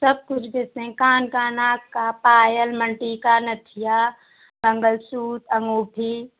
सब कुछ देते हैं कान का नाक का प्याला मन टीका नथिया मंगलसूत्र अंगूठी